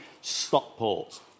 Stockport